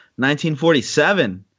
1947